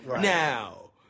now